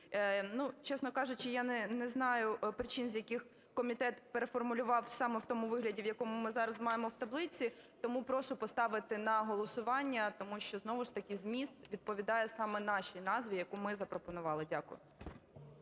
чесно кажучи, я не знаю причин, з яких комітет переформулював саме в тому вигляді, в якому ми зараз маємо в таблиці, тому прошу поставити на голосування, тому що знову ж таки зміст відповідає саме нашій назві, яку ми запропонували. Дякую.